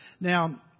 Now